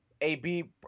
AB